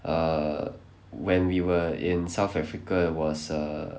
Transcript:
err when we were in south africa was err